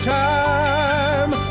time